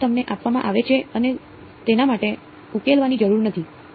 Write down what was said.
તમને આપવામાં આવે છે તેના માટે ઉકેલવાની જરૂર નથી